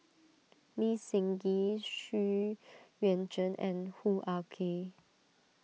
Lee Seng Gee Xu Yuan Zhen and Hoo Ah Kay